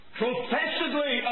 professedly